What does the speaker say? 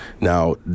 now